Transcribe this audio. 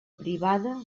privada